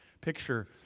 picture